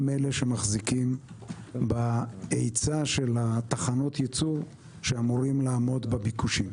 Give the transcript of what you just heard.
הם אלה שמחזיקים בהיצע של תחנות הייצור שאמורות לעמוד בביקושים.